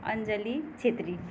Anjali Chhetri